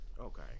Okay